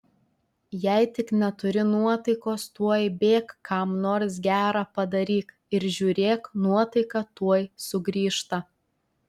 jei tik neturi nuotaikos tuoj bėk kam nors gera padaryk ir žiūrėk nuotaika tuoj sugrįžta